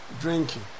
drinking